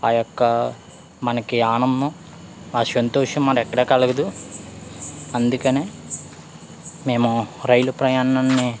ఆ యొక్క మనకి ఆనందం ఆ సంతోషం మరి ఎక్కడ కలగదు అందుకని మేము రైలు ప్రయాణాన్ని